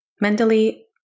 Mentally